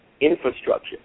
infrastructure